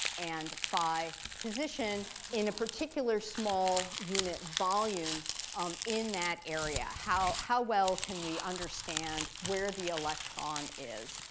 and phi position in a particular small unit volume um in that area. how how well can we understand where the electron is?